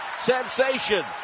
sensation